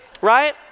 right